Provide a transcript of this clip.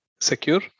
secure